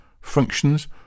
functions